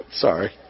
Sorry